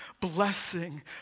blessing